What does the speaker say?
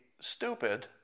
stupid